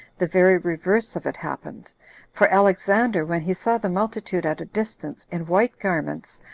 the very reverse of it happened for alexander, when he saw the multitude at a distance, in white garments,